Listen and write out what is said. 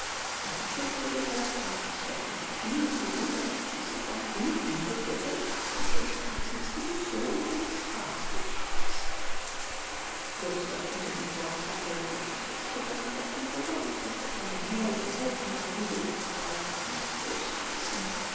er verschluckte den rest und tat sich offenbar viel zugute auf diese von ihm eingeführte praktische staatsinstitution und strafjustiz jobst öffnete die torklappe durch die das futter geworfen wurde und konnte von dem herrlichen elfenbeinhügel das auge nicht losreißen